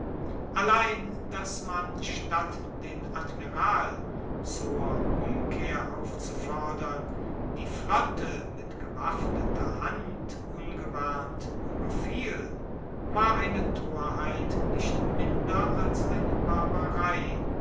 allein dass man statt den admiral zur umkehr aufzufordern die flotte mit gewaffneter hand ungewarnt ueberfiel war eine torheit nicht minder als eine barbarei